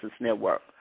Network